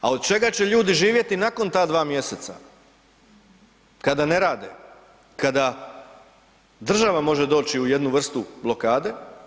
A od čega će ljudi živjeti nakon ta dva mjeseca kada ne rade, kada država može doći u jednu vrstu blokade?